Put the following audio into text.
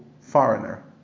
foreigner